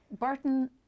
burton